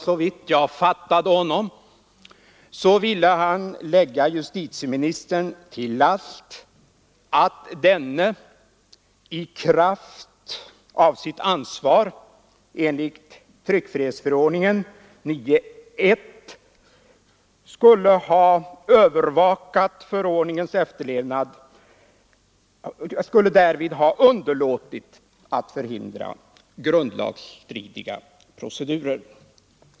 Såvitt jag fattade herr Svensson rätt ville han lägga justitieministern till last att denne i sitt ansvar enligt tryckfrihetsförordningens 9 kap. 1 § att övervaka förordningens efterlevnad skulle ha underlåtit att förhindra grundlagsstridiga procedurer.